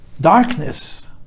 darkness